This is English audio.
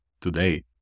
today